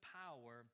power